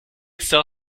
c’est